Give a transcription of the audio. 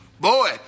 Boy